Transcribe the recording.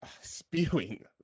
spewing